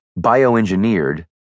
bioengineered